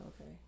okay